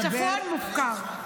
הצפון מופקר.